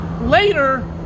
later